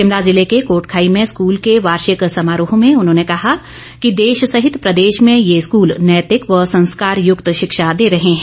शिमला जिले ँ के कोटखाई में स्कूल के वार्षिक समारोह में उन्होंने कहा कि देश सहित प्रदेश में ये स्कूल नैतिक व संस्कार युक्त शिक्षा दे रहे हैं